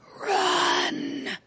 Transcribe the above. Run